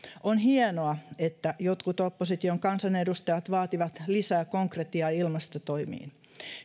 on hienoa että jotkut opposition kansanedustajat vaativat lisää konkretiaa ilmastotoimiin